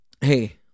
hey